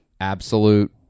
absolute